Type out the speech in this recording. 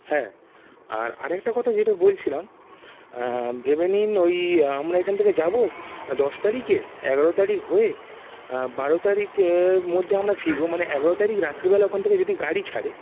হ্যাঁ আর আরেকটা কথা যেটা বলছিলাম ভেবে নিন ওই আমরা এখান থেকে যাব দশ তারিখে এগারো তারিখ হয়ে বারো তারিখের মধ্যে আমরা ফিরব মানে এগারো তারিখ রাত্রিবেলা ওখান থেকে যদি গাড়ি ছাড়ে